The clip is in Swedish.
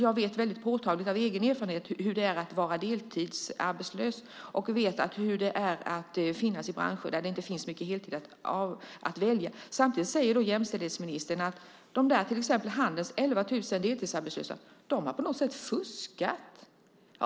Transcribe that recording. Jag vet väldigt påtagligt av egen erfarenhet hur det är att vara deltidsarbetslös och finnas i branscher där det inte finns mycket heltid att välja. Jämställdhetsministern säger att Handels 11 000 deltidsarbetslösa på något sätt har fuskat.